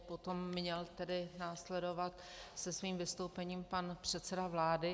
Potom měl následovat se svým vystoupením pan předseda vlády.